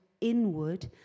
inward